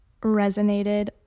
resonated